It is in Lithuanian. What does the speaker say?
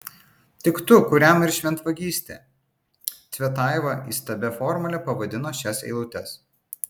tik tu kuriam ir šventvagystė cvetajeva įstabia formule pavadino šias eilutes